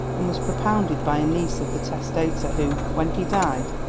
and was propounded by a niece of the testator who, when he died,